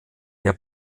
der